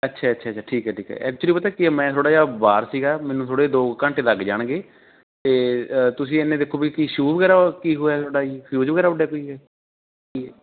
ਅੱਛਾ ਅੱਛਾ ਠੀਕ ਹੈ ਠੀਕ ਹੈ ਐਚੁਲੀ ਪਤਾ ਕੀ ਹੈ ਮੈਂ ਥੋੜ੍ਹਾ ਜਿਹਾ ਬਾਹਰ ਸੀਗਾ ਮੈਨੂੰ ਥੋੜ੍ਹੇ ਦੋ ਘੰਟੇ ਲੱਗ ਜਾਣਗੇ ਅਤੇ ਤੁਸੀਂ ਇੰਨੇ ਦੇਖੋ ਵੀ ਕਿ ਸ਼ੁਅ ਵਗੈਰਾ ਕੀ ਹੋਇਆ ਤੁਹਾਡਾ ਜੀ ਫਿਊਜ਼ ਵਗੈਰ ਉੱਡਿਆ ਕੋਈ ਇਹ ਕਿ